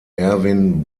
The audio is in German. erwin